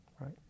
right